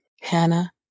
Hannah